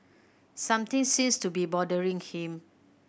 something seems to be bothering him